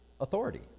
authority